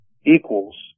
equals